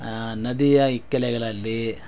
ನದಿಯ ಇಕ್ಕೆಲಗಳಲ್ಲಿ